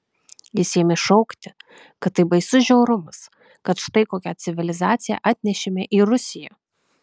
jis ėmė šaukti kad tai baisus žiaurumas kad štai kokią civilizaciją atnešėme į rusiją